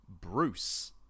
Bruce